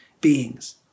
beings